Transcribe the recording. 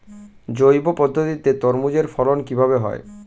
জৈব পদ্ধতিতে তরমুজের ফলন কিভাবে হয়?